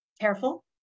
careful